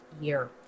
year